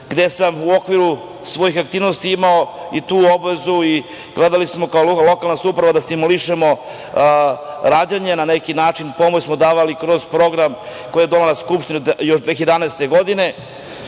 gde sam u okviru svojih aktivnosti imao i tu obavezu i gledali smo kao lokalna samouprava da stimulišemo rađanje na neki način. Pomoć smo davali kroz program koji je donela Skupština još 2011. godine.